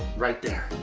right there.